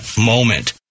moment